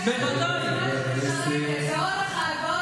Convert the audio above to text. תדע שהדוברת שלי עכשיו קיבלה מצטיינת מילואים בכיפת ברזל.